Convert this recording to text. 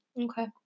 Okay